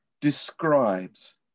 describes